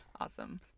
Awesome